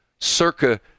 circa